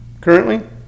Currently